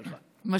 חבריי,